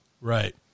Right